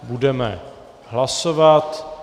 Budeme hlasovat.